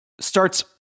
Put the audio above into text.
starts